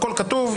הכול כתוב.